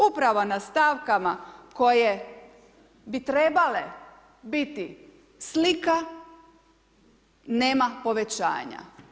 Upravo na stavkama koje bi trebale biti slika nema povećanja.